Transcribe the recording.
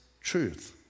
truth